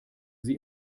sie